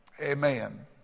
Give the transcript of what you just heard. Amen